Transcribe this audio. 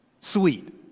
Sweet